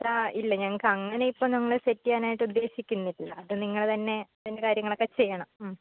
ആ ഇല്ല ഞങ്ങൾക്ക് അങ്ങനെ ഇപ്പോൾ നമ്മൾ സെറ്റ് ചെയ്യാനായിട്ട് ഉദ്ദേശിക്കുന്നില്ല അത് നിങ്ങൾ തന്നെ അതിനുള്ള കാര്യങ്ങളൊക്കെ ചെയ്യണം മ്മ്